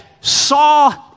saw